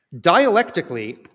dialectically